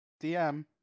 DM